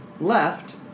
left